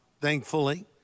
thankfully